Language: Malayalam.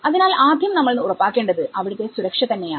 അതിനാൽ ആദ്യം നമ്മൾ ഉറപ്പാക്കേണ്ടത് അവിടുത്തെ സുരക്ഷ തന്നെയാണ്